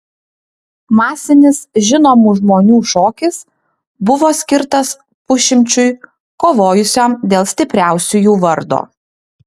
masinis žinomų žmonių šokis buvo skirtas pusšimčiui kovojusiam dėl stipriausiųjų vardo